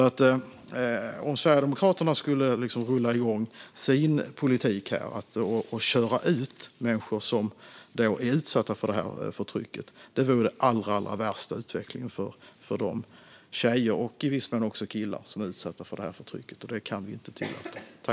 Att Sverigedemokraterna skulle rulla igång sin politik på området och köra ut människor som är utsatta för det förtrycket vore den allra värsta utvecklingen för de tjejer, och i viss mån killar, som är utsatta för det förtrycket. Det kan vi inte tillåta.